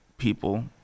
people